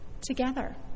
together